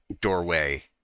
doorway